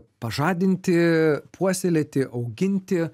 pažadinti puoselėti auginti